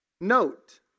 Note